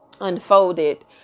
unfolded